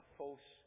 false